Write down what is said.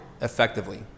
effectively